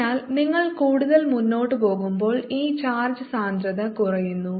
അതിനാൽ നിങ്ങൾ കൂടുതൽ മുന്നോട്ട് പോകുമ്പോൾ ഈ ചാർജ് സാന്ദ്രത കുറയുന്നു